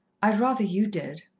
i'd rather you did.